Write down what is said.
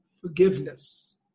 forgiveness